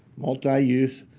multi-use